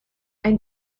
ein